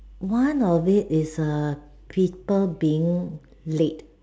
one of it is people being late